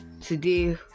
today